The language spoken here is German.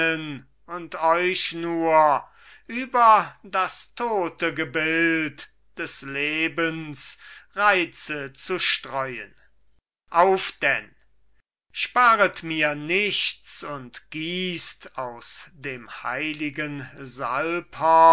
und euch nur über das tote gebild des lebens reize zu streuen auf denn sparet mir nichts und gießt aus dem heiligen